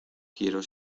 quiero